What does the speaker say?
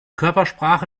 körpersprache